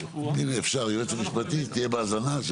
היועץ המשפטי תהיה בהאזנה.